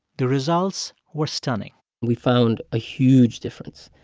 the results were stunning we found a huge difference.